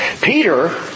Peter